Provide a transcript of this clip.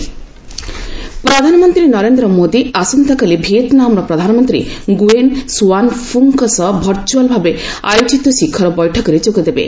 PM Vietnam ପ୍ରଧାନମନ୍ତ୍ରୀ ନରେନ୍ଦ୍ର ମୋଦି ଆସନ୍ତାକାଲି ଭିଏତ୍ନାମ୍ର ପ୍ରଧାନମନ୍ତ୍ରୀ ଙ୍ଗୁଏନ୍ ଷୁଆନ୍ ଫ୍ରକ୍ଙ୍କ ସହ ଭର୍ଚୁଆଲ୍ ଭାବେ ଆୟୋଜିତ ଶିଖର ବୈଠକରେ ଯୋଗଦେବେ